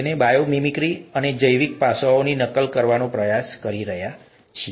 તેથી biomimicry અમે જૈવિક પાસાઓની નકલ કરવાનો પ્રયાસ કરી રહ્યા છીએ